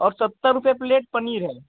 और सत्तर रुपये प्लेट पनीर है